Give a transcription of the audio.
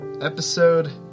episode